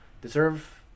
deserve